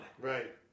Right